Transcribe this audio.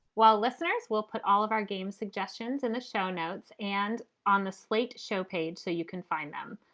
while listeners will put all of our game suggestions in the show notes and on the slate show page so you can find them.